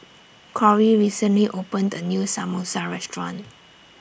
Corry recently opened A New Samosa Restaurant